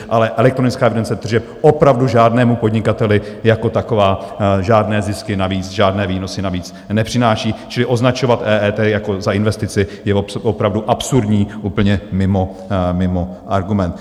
Ale elektronická evidence tržeb opravdu žádnému podnikateli jako taková žádné zisky navíc, žádné výnosy navíc nepřináší, čili označovat EET za investici je opravdu absurdní, úplně mimo argument.